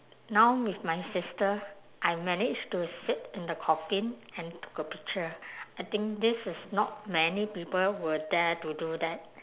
now with my sister I managed to sit in the coffin and took a picture I think this is not many people will dare to do that